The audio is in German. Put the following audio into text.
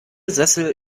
sessel